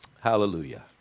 Hallelujah